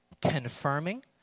Confirming